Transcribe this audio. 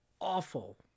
awful